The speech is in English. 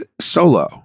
solo